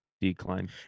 decline